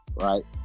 right